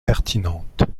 pertinente